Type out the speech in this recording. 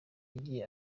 yagiye